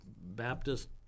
baptist